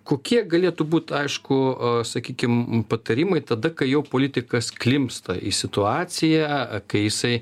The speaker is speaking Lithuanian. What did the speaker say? kokie galėtų būt aišku sakykim patarimai tada kai jau politikas klimpsta į situaciją kai jisai